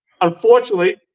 unfortunately